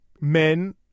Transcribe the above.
men